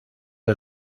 del